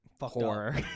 horror